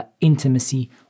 intimacy